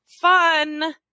fun